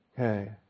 Okay